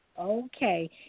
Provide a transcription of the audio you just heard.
Okay